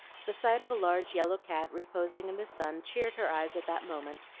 the sight of a large yellow cat reposing in the sun cheered her eyes at that moment,